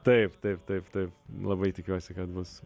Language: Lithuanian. taip taip taip taip labai tikiuosi kad bus